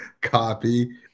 copy